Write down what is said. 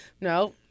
no